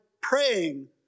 praying